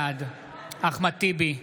בעד אחמד טיבי,